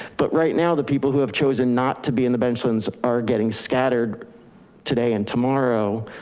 but right now the people who have chosen not to be in the bench lands are getting scattered today and tomorrow.